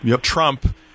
trump